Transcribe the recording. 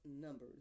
numbers